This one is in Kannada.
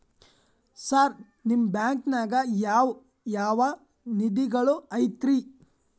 ಸರ್ ನಿಮ್ಮ ಬ್ಯಾಂಕನಾಗ ಯಾವ್ ಯಾವ ನಿಧಿಗಳು ಐತ್ರಿ?